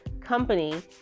company